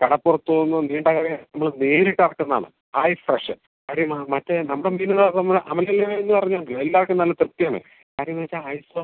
കടപ്പുറത്തൂനിന്നും നീണ്ടകരയില്നിന്നും നേരിട്ടിറക്കുന്നതാണ് high fresh അതീ മറ്റേ നമ്മുടെ മീന് പറഞ്ഞാല് എല്ലാവർക്കും നല്ല തൃപ്തിയാണ് കാര്യമെന്നുവച്ചാല്